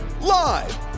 Live